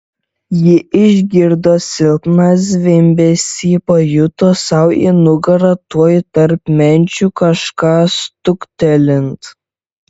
ji išgirdo silpną zvimbesį pajuto sau į nugarą tuoj tarp menčių kažką stuktelint